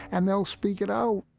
and they'll speak it out